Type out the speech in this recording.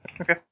Okay